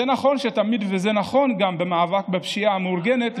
זה נכון תמיד וזה נכון גם במאבק בפשיעה המאורגנת,